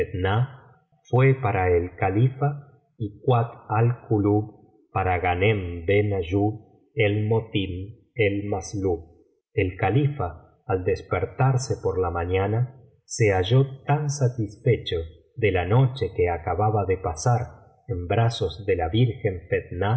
fetnah fué para el califa y kuat al kulub para ghanem ben áyub el motim el masslub el califa al despertarse por la mañana se halló tan satisfecho de la noche que acababa de pasar en brazos de la virgen